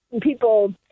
people